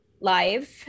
live